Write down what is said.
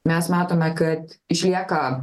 mes matome kad išlieka